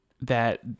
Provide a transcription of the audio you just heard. that-